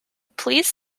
please